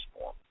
form